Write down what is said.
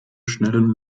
schnellen